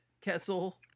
Kessel